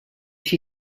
she